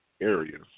areas